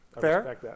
Fair